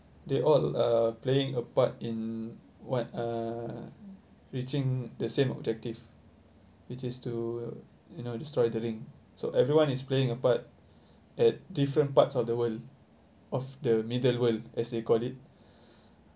they all are playing a part in what uh reaching the same objective which is to you know destroy the ring so everyone is playing a part at different parts of the world of the middle world as they call it